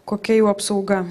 kokia jų apsauga